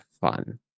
fun